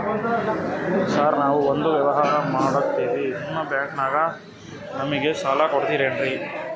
Sir ನಾವು ಒಂದು ವ್ಯವಹಾರ ಮಾಡಕ್ತಿವಿ ನಿಮ್ಮ ಬ್ಯಾಂಕನಾಗ ನಮಿಗೆ ಸಾಲ ಕೊಡ್ತಿರೇನ್ರಿ?